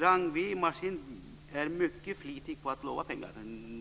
Ragnwi Marcelind är mycket flitig i att lova pengar.